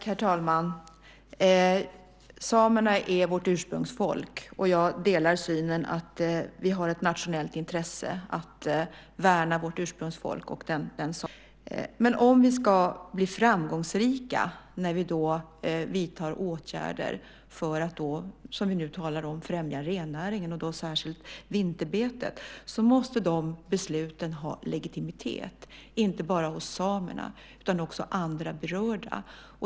Herr talman! Samerna är vårt ursprungsfolk, och jag delar synen att vi har ett nationellt intresse att värna vårt ursprungsfolk och den samiska kulturen. Men om vi ska bli framgångsrika när vi vidtar åtgärder för att, som vi nu talar om, främja rennäringen, och då särskilt vinterbetet, måste besluten ha legitimitet inte bara hos samerna utan även hos andra berörda.